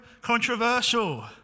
controversial